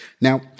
Now